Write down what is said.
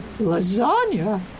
lasagna